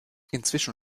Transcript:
inzwischen